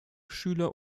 schüler